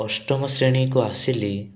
ଅଷ୍ଟମ ଶ୍ରେଣୀକୁ ଆସିଲି